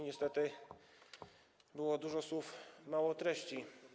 Niestety było dużo słów, mało treści.